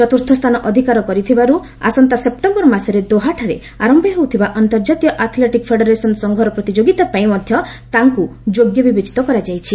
ଚତ୍ରର୍ଥ ସ୍ଥାନ ଅଧିକାର କରିଥିବାର୍ତ ଆସନ୍ତା ସେପ୍ଟେମ୍ବର ମାସରେ ଦୋହାଠାରେ ଆରମ୍ଭ ହେଉଥିବା ଅନ୍ତର୍ଜାତୀୟ ଆଥ୍ଲେଟିକ୍ ଫେଡ଼େରେସନ୍ ସଂଘର ପ୍ରତିଯୋଗିତାପାଇଁ ମଧ୍ୟ ତାଙ୍କୁ ଯୋଗ୍ୟ ବିବେଚିତ କରାଯାଇଛି